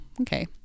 okay